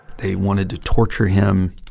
they wanted to torture him,